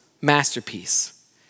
masterpiece